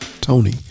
Tony